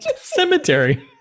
cemetery